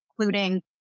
including